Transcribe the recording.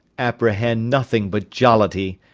apprehend nothing but jollity.